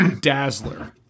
dazzler